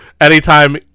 anytime